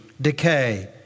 decay